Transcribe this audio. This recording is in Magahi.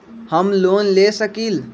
हम लोन ले सकील?